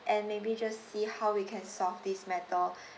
and maybe just see how we can solve this matter